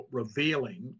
revealing